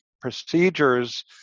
procedures